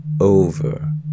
over